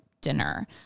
dinner